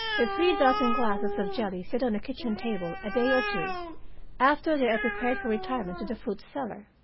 if three dozen glasses of jelly sit on a kitchen table a day or two after they are prepared for retirement to the fruit cellar.